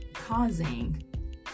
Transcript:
causing